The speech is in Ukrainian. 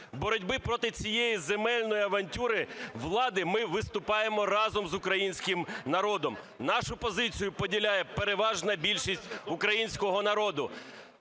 боротьбі проти цієї земельної авантюри влади ми виступаємо разом з українським народом. Нашу позицію поділяє переважна більшість українського народу,